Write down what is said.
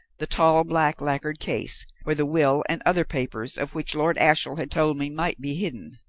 the tall black lacquered case, where the will and other papers of which lord ashiel had told me might be hidden.